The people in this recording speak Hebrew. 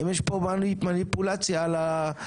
האם יש פה מניפולציה על הלקוחות?